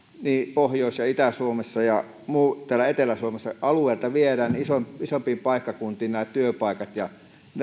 pohjois ja itä suomessa ja täällä etelä suomessa alueilta viedään isompiin isompiin paikkakuntiin nämä työpaikat ja